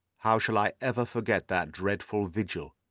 how shall i ever forget that dreadful vigil?